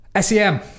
SEM